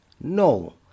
No